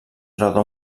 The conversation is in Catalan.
roda